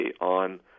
on